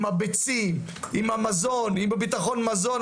עם הביצים, עם ביטחון המזון.